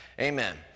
Amen